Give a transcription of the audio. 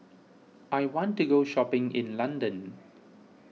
I want to go shopping in London